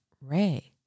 Ray